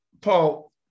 Paul